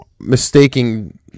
mistaking